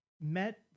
met